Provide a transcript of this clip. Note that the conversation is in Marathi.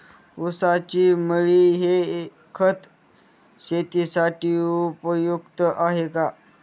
ऊसाची मळी हे खत शेतीसाठी उपयुक्त आहे का?